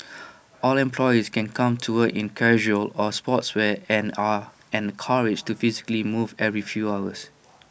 all employees can come to work in casual or sportswear and are encouraged to physically move every few hours